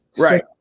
Right